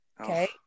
okay